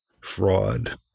fraud